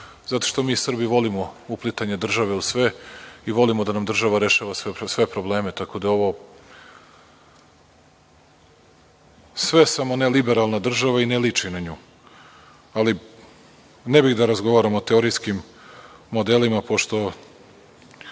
zato što mi Srbi volimo uplitanje države u sve i volimo da nam država rešava sve problem, tako da ovo… sve samo ne liberalna država i ne liči na nju, ali ne bih da razgovaramo o teorijskim modelima. Što